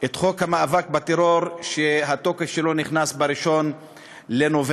את חוק המאבק בטרור שהתוקף שלו נכנס ב-1 בנובמבר.